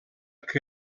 que